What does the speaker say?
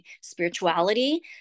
spirituality